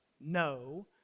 No